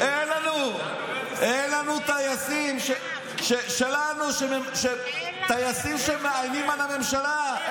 אין לנו טייסים שלנו שמאיימים על הממשלה,